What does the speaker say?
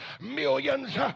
millions